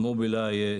זה מובילאיי,